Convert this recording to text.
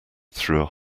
through